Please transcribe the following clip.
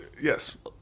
Yes